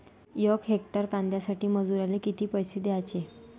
यक हेक्टर कांद्यासाठी मजूराले किती पैसे द्याचे?